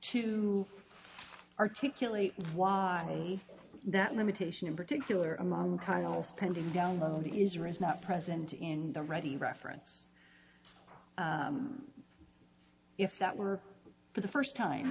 to articulate why that limitation in particular among titles pending download is or is not present in the ready reference if that were for the first time